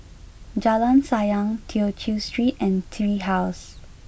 Jalan Sayang Tew Chew Street and Tree House